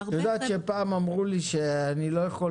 להרבה --- את יודעת שפעם אמרו לי שאני לא יכול